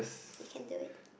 you can do it